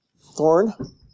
Thorn